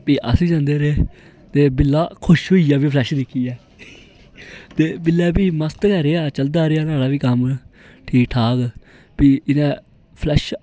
अस जंदे रेह् ते बिल्ला खुश होई गेआ फलैश दिक्खियै ते बिल्ला फ्ही मस्त गै रेहा चलदा रेहा नुआढ़ा कम्म ठीक ठाक फ्ही उसने फलैश